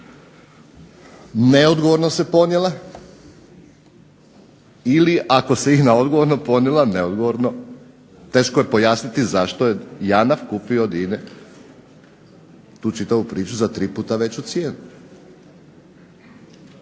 neodgovorno se ponijela, ili ako se INA odgovorno ponijela neodgovorno, teško je pojasniti zašto je JANAF kupio od INA-e tu čitavu priču za tri puta veću cijenu.